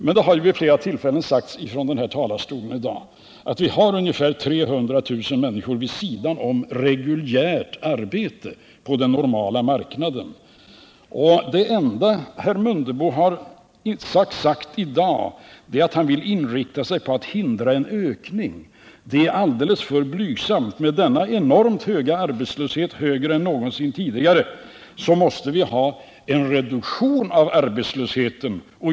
Men det har vid flera tillfällen i dag sagts från denna talarstol att vi har ungefär 300 000 människor vid sidan av reguljärt arbete på den normala marknaden. Det enda herr Mundebo har sagt hittills i dag är att han vill inrikta sig på att förhindra en ökning av det antalet. Det är alldeles för blygsamt. Med den enorma arbetslöshet vi har, högre än tidigare, måste vi få till stånd en reduktion av den.